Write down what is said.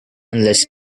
unless